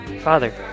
Father